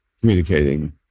communicating